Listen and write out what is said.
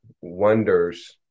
wonders